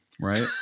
right